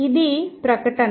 ఇది ప్రకటన